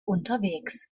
unterwegs